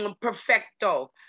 perfecto